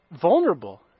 vulnerable